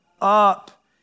up